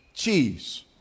cheese